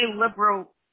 liberal